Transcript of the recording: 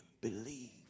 believe